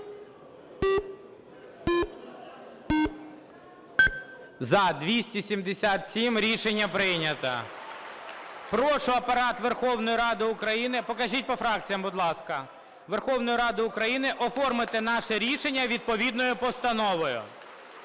За-277 Рішення прийнято. Прошу Апарат Верховної Ради України (покажіть по фракціях, будь ласка) Верховної Ради України оформити наше рішення відповідною постановою.